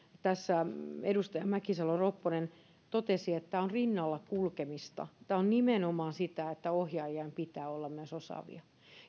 tässä edustaja mäkisalo ropponen totesi että tämä on rinnalla kulkemista tämä on nimenomaan sitä että ohjaajien pitää olla myös osaavia